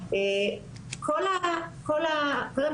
הדיונים